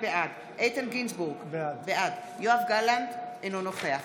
בעד איתן גינזבורג, בעד יואב גלנט, אינו נוכח